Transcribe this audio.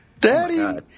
Daddy